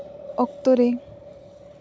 ᱚᱠᱛᱚ ᱨᱮ